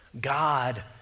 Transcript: God